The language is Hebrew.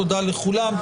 תודה לכולם.